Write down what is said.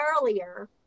earlier